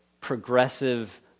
progressive